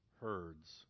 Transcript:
herds